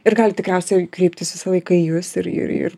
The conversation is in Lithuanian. ir gali tikriausiai kreiptis visą laiką į jūs ir ir ir